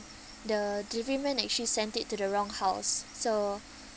the delivery man actually sent it to the wrong house so